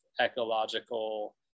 ecological